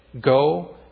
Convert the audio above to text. go